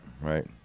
right